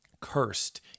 cursed